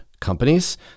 companies